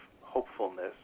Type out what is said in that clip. hopefulness